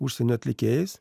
užsienio atlikėjais